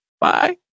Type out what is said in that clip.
bye